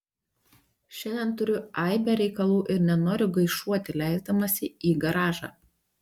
šiandien turiu aibę reikalų ir nenoriu gaišuoti leisdamasi į garažą